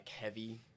heavy